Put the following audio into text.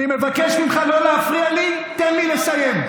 אני מבקש ממך לא להפריע לי, תן לי לסיים.